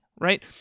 right